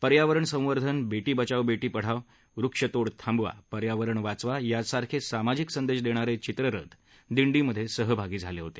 पर्यावरण संवर्धन बेटी बचाव बेटी पढाव वृक्षतोड थांबवा पर्यावरण वाचवा यासारखे सामाजिक संदेश देणारे चित्ररथ दिडी मध्ये सहभागी झाले होते